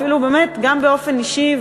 גם באופן אישי,